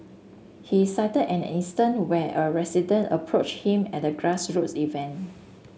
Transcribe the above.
he cited an instance where a resident approached him at a grassroots event